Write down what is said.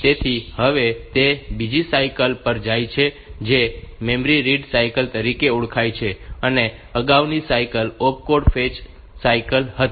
તેથી હવે તે બીજી સાયકલ પર જાય છે જે મેમરી રીડ સાયકલ તરીકે ઓળખાય છે અને અગાઉની સાયકલ ઓપકોડ ફેચ સાયકલ હતી